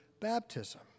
baptism